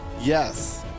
Yes